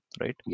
right